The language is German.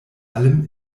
allem